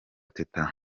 teta